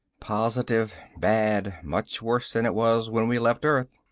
positive. bad. much worse than it was when we left earth.